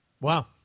Wow